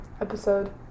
episode